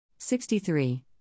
63